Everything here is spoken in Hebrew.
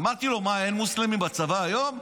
אמרתי לו: מה, אין מוסלמים בצבא היום?